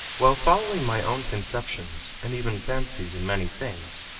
while following my own conceptions and even fancies in many things,